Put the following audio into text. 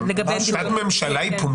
החלטת הממשלה היא פומבית.